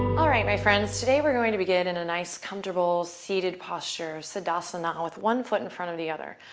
all right, my friends. today, we're going to begin in a nice, comfortable, seated posture, sudassana, with one foot in front of the other.